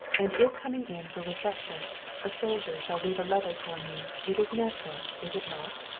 and if coming in for refreshments a soldier shall leave a letter for me it is natural, is it not?